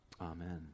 Amen